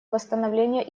восстановления